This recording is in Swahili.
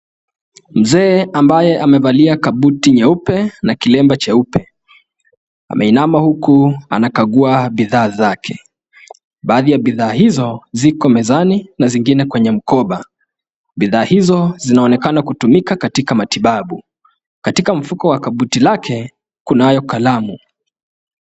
Mzee ambaye amevalia kabuti nyeupe na kilemba cheupe ,ameinama huku anakagua bidhaa zake. Baadhi ya bidhaa hizo ziko mezani na zingine kwenye mkoba. Bidhaa hizo zinaonekana kutumika katika matibabu. Katika mfuko wa kabuti lake, kunayo kalamu.